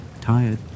Tired